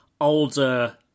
older